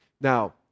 Now